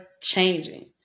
changing